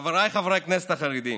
חבריי חברי הכנסת החרדים,